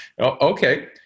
okay